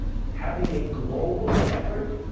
having a global effort,